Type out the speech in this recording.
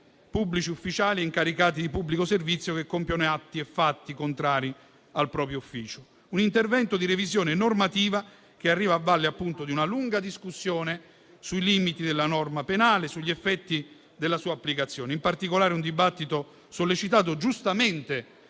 pubblici ufficiali, incaricati di pubblico servizio che compiono atti e fatti contrari al proprio ufficio. Un intervento di revisione normativa che arriva a valle, appunto, di una lunga discussione sui limiti della norma penale e sugli effetti della sua applicazione. In particolare, è un dibattito sollecitato giustamente